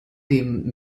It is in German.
dem